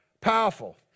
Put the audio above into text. powerful